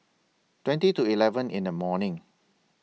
twenty to eleven in The morning